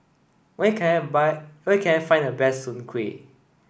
where can I buy where can I find the best Soon Kueh